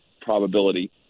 probability